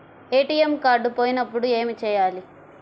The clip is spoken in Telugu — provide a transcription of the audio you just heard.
ఏ.టీ.ఎం కార్డు పోయినప్పుడు ఏమి చేయాలి?